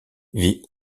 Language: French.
vit